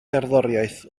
gerddoriaeth